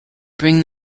bring